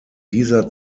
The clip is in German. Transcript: dieser